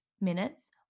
minutes